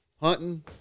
Hunting